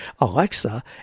alexa